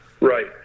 Right